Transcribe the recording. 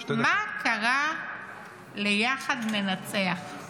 מה קרה ל"יחד ננצח"?